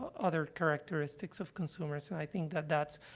other characteristics of consumers. and i think that that's,